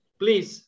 please